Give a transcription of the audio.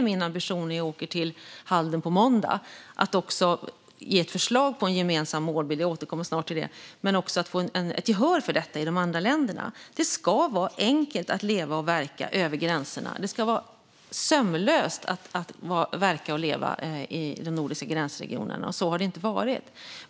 Min ambition när jag åker till Halden på måndag är att ge ett förslag på en gemensam målbild - jag återkommer snart till det - och att få gehör för detta i de andra länderna. Det ska vara enkelt att leva och verka över gränserna. Det ska vara sömlöst att verka och leva i de nordiska gränsregionerna, men så har det inte varit.